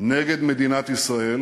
נגד מדינת ישראל